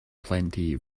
plenty